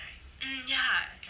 hmm ya